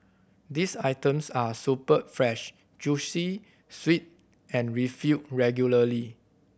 these items are superb fresh juicy sweet and refilled regularly